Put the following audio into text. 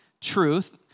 truth